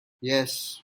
yes